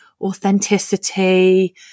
authenticity